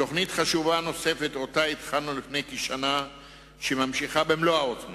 תוכנית חשובה נוספת שהתחלנו לפני כשנה וממשיכה במלוא העוצמה